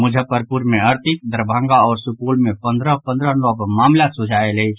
मुजफ्फरपुर मे अड़तीस दरभंगा आओर सुपौल मे पंद्रह पंद्रह नव मामिला सोझा आयल अछि